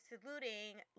saluting